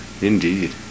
Indeed